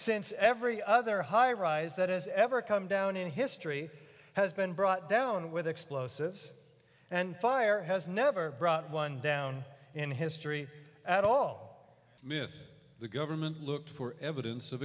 since every other highrise that has ever come down in history has been brought down with explosives and fire has never brought one down in history at all miss the government looked for evidence of